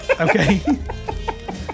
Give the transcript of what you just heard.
Okay